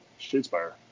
Shadespire